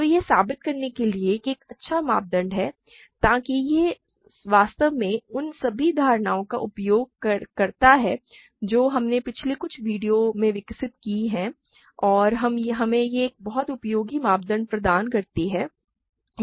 तो यह साबित करने के लिए एक अच्छा मापदंड है ताकि यह वास्तव में उन सभी धारणाओं का उपयोग करता है जो हमने पिछले कुछ वीडियो में विकसित की हैं और यह हमें एक बहुत ही उपयोगी मापदंड प्रदान करती है